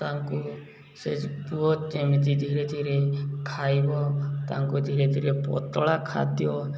ତାଙ୍କୁ ଯେମିତି ଧୀରେ ଧୀରେ ଖାଇବ ତାଙ୍କୁ ଧୀରେ ଧୀରେ ପତଳା ଖାଦ୍ୟ